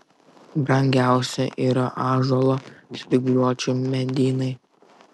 brangiausi yra ąžuolo spygliuočių medynai